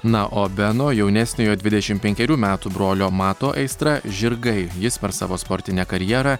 na o beno jaunesniojo dvidešim penkerių metų brolio mato aistra žirgai jis per savo sportinę karjerą